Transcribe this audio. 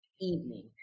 evening